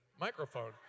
microphone